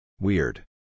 Weird